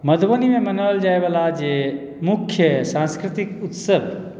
मधुबनीमे मनाओल जाए वाला जे मुख्य सांस्कृतिक उत्सव